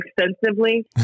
extensively